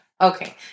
Okay